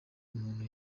umuntu